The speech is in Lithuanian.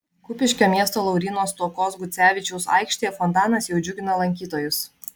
kupiškio miesto lauryno stuokos gucevičiaus aikštėje fontanas jau džiugina lankytojus